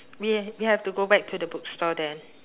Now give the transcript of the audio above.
we we have to go back to the bookstore there